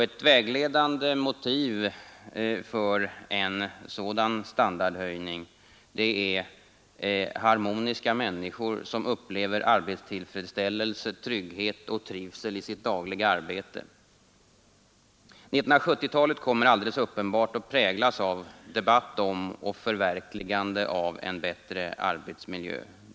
Ett vägledande motiv för en sådan standardhöjning är harmoniska människor, som upplever arbetstillfredsställelse, trygghet och trivsel i sitt dagliga arbete. 1970-talet kommer alldeles uppenbart att präglas av debatt om och förverkligande av en bättre arbetsmiljö.